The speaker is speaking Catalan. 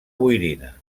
boirina